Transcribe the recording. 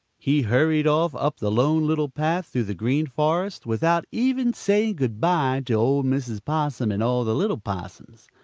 he hurried off up the lone little path through the green forest without even saying good-by to old mrs. possum and all the little possums.